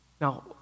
Now